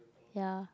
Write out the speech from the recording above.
ya